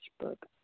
book